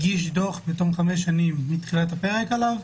יגיש דוח בתום חמש שנים מתחילת הפרק עליו,